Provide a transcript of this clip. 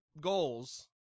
goals